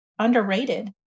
underrated